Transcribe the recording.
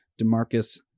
Demarcus